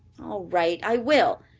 right, i will,